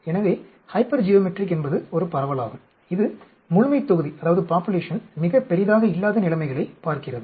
எனவே ஹைப்பர்ஜியோமெட்ரிக் என்பது ஒரு பரவலாகும் இது முழுமைத்தொகுதி மிகப் பெரிதாக இல்லாத நிலைமைகளைப் பார்க்கிறது